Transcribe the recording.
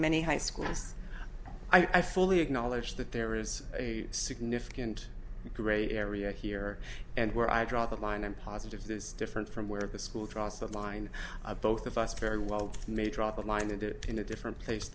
many high schools i fully acknowledge that there is a significant gray area here and where i draw the line and positive this different from where the school draws the line of both of us very well may draw the line and do it in a different place